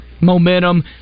Momentum